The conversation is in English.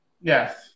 Yes